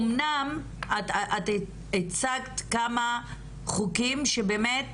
אמנם את הצגת כמה חוקים שבאמת